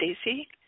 Stacy